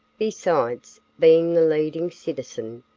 besides being the leading citizen,